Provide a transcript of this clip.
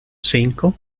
cinco